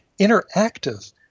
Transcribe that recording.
interactive